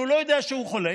הוא לא יודע שהוא חולה,